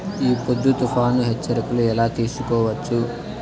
ఈ పొద్దు తుఫాను హెచ్చరికలు ఎలా తెలుసుకోవచ్చు?